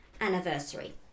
anniversary